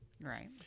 Right